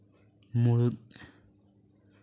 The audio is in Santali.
ᱢᱩᱲᱩᱫ